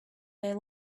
they